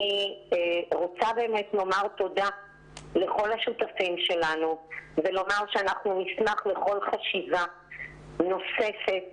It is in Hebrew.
אני רוצה באמת לומר תודה לכל השותפים שלנו ולומר שנשמח לכל חשיבה נוספת.